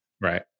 Right